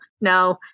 no